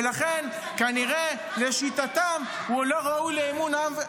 לכן, כנראה, לשיטתם, הוא לא ראוי לאמון העם.